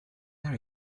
are